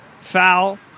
foul